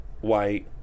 white